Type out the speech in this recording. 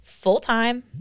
full-time